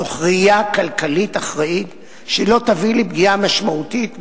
תוך ראייה כלכלית אחראית שלא תביא לפגיעה משמעותית במשק,